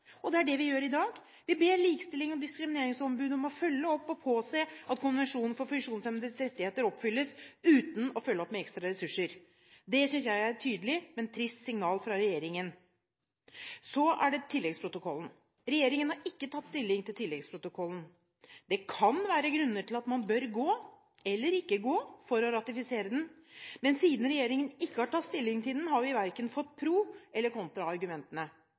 oppgave. Det er det vi gjør i dag: Vi ber Likestillings- og diskrimineringsombudet om å følge opp og påse at konvensjonen for funksjonshemmedes rettigheter oppfylles – uten å følge opp med ekstra ressurser. Det synes jeg er et tydelig, men trist signal fra regjeringen. Så er det tilleggsprotokollen: Regjeringen har ikke tatt stilling til tilleggsprotokollen. Det kan være grunner til at man bør gå eller ikke gå for å ratifisere den, men siden regjeringen ikke har tatt stilling til den, har vi hverken fått pro-argumentene eller